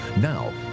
Now